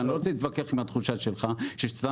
ואני לא רוצה להתווכח עם התחושה שלך שכשאתה